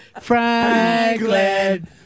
Franklin